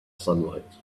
sunlight